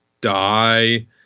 die